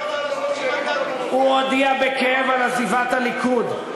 הוא הודיע בכאב על עזיבת הליכוד,